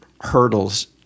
hurdles